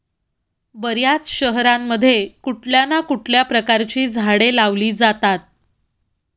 बर्याच शहरांमध्ये कुठल्या ना कुठल्या प्रकारची झाडे लावली जातात